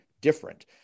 different